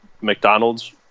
McDonald's